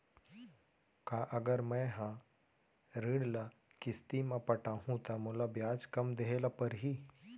का अगर मैं हा ऋण ल किस्ती म पटाहूँ त मोला ब्याज कम देहे ल परही?